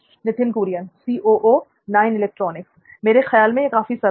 नित्थिन कुरियन मेरे ख्याल में यह काफी सरल है